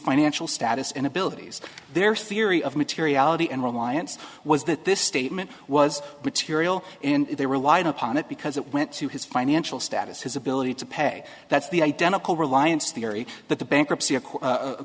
financial status and abilities their theory of materiality and reliance was that this statement was material in there relied upon it because it went to his financial status his ability to pay that's the identical reliance theory that the bankruptcy